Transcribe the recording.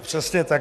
Přesně tak.